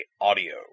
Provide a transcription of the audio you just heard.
Audio